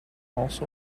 also